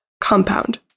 compound